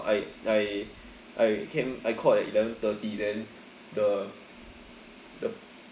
I I I came I called at eleven thirty then the the